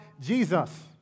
Jesus